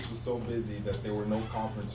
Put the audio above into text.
so busy that there were no conference